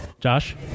Josh